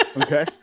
okay